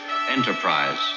Enterprise